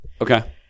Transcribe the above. Okay